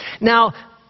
Now